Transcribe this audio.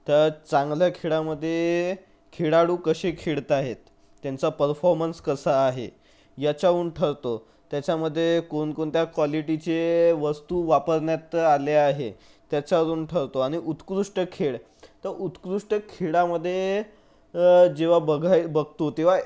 तर चांगल्या खेळामध्ये खेळाडू कसे खेळताहेत त्यांचा परफॉर्मन्स कसा आहे याच्यावून ठरतं त्याच्यामध्ये कोणकोणत्या क्वालिटीचे वस्तू वापरण्यात आले आहे त्याच्यारून ठरतो आणि उत्कृष्ट खेळ तर उत्कृष्ट खेळामध्ये जेव्हा बघाय बघतो तेव्हा